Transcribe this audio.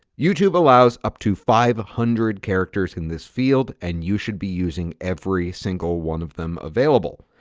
youtube allows up to five hundred characters in this field and you should be using every single one of them available.